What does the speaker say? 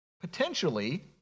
potentially